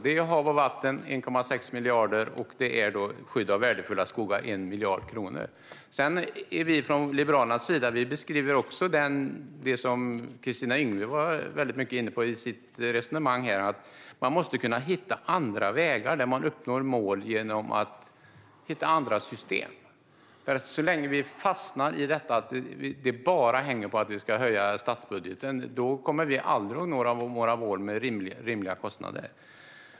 Det är hav och vatten, som får 1,6 miljarder, och det är skydd av värdefulla skogar, som får 1 miljard kronor. Liberalerna beskriver det som Kristina Yngwe var inne på i sitt resonemang, nämligen att man måste kunna hitta andra vägar där man uppnår mål genom att hitta andra system. Så länge vi fastnar i att det bara hänger på att vi ska öka statsbudgeten kommer vi aldrig att nå våra mål om rimliga kostnader.